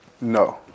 No